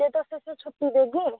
ते तुस इसी छुट्टी देगे